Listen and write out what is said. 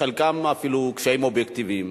חלקם אפילו קשיים אובייקטיביים,